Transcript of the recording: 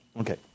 Okay